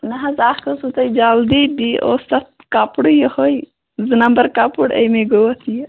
نَہ حظ اَکھ ٲسوٕ تۄہہِ جلدی بیٚیہِ اوس تتھ کَپرُے یُہٲے زٕ نمبر کَپُر اَمے گوٚو اَتھ یہِ